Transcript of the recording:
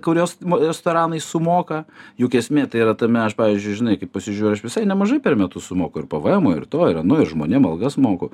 kurios restoranai sumoka juk esmė tai yra tame aš pavyzdžiui žinai kai pasižiūriu aš visai nemažai per metus sumoku ir pvmo ir to ir ano ir žmonėm algas moku